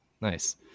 Nice